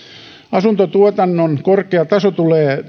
asuntotuotannon korkea taso tulee